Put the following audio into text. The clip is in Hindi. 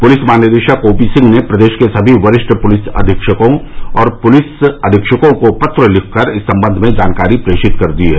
पुलिस महानिदेशक ओपीसिंह ने प्रदेश के सभी वरिष्ठ पुलिस अधीक्षकों और पुलिस अधीक्षकों को पत्र लिखकर इस संबंध में जानकारी प्रेषित कर दी है